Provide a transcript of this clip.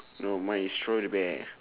no mine is throw the bear